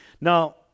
Now